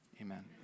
Amen